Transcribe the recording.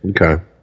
Okay